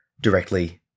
directly